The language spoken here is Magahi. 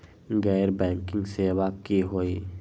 गैर बैंकिंग सेवा की होई?